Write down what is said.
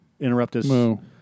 interruptus